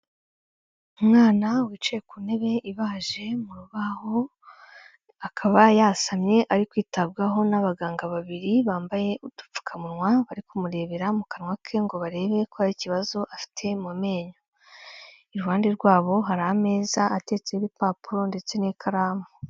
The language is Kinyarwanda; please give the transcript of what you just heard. Umwana wicaye ku ntebe ibaje mu rubaho, akaba yasamye ari kwitabwaho n'abaganga babiri, bambaye udupfukamunwa bari kumurebera mu kanwa ke ngo barebe ko hari ikibazo afite mu menyo, iruhande rwabo hari ameza ateretseho ibipapuro ndetse n'ikaramu.